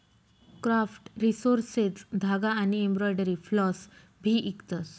craft resources धागा आनी embroidery floss भी इकतस